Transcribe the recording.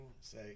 say